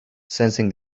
sensing